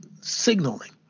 signaling